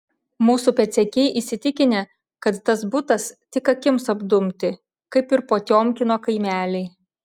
mūsų pėdsekiai įsitikinę kad tas butas tik akims apdumti kaip ir potiomkino kaimeliai